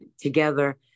together